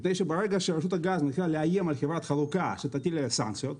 מפני שברגע שרשות הגז מתחילה לאיים על חברת חלוקה שתטיל עליה סנקציות,